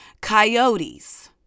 Coyotes